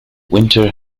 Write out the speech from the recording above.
winter